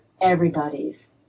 everybody's